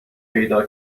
پیدا